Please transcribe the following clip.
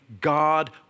God